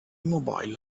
immobile